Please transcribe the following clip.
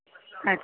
अच्छा